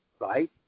right